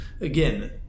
again